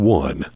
one